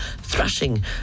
thrashing